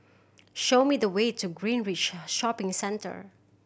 show me the way to Greenridge Shopping Centre